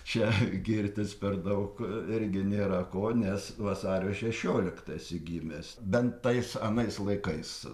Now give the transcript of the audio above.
čia girtis per daug irgi nėra ko nes vasario šešioliktą esi gimęs bent tais anais laikais